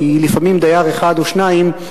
כי לפעמים דייר אחד או שניים,